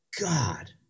God